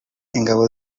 ingabo